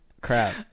crap